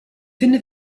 finde